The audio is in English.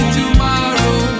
tomorrow